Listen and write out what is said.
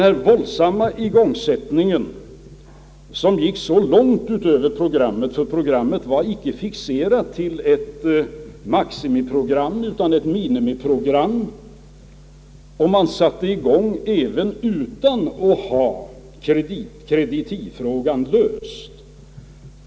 Den våldsamma igångsättningen, som gick så långt utöver det ursprungliga programmet, var icke fixerad till ett maximiprogram utan till ett minimiprogram. Igångsättningen skedde bl.a. utan att kreditivfrågan var löst.